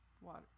Water